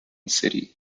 city